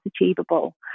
achievable